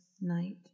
night